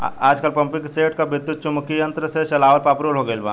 आजकल पम्पींगसेट के विद्युत्चुम्बकत्व यंत्र से चलावल पॉपुलर हो गईल बा